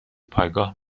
پایگاه